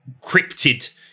cryptid